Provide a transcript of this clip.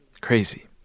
Crazy